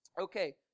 okay